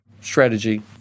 strategy